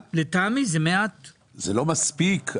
זה לא מספיק,